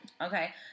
Okay